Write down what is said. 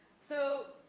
so,